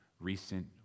recent